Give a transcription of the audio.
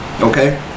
Okay